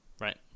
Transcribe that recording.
right